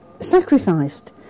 sacrificed